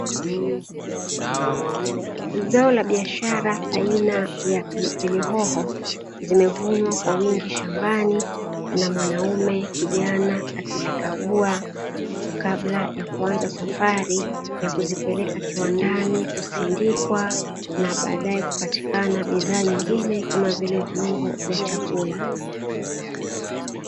Zao la biashara aina ya pilipili hoho zimevunwa kwa wingi shabani na mwanaume kijana akizikagua kabla ya kuanza safari ya kuzipeleka kiwandani kusindikwa, na baadaye kupatikana bidhaa nyingine kama vile viungo vya chakula.